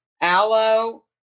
aloe